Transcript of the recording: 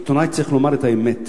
עיתונאי צריך לומר את האמת.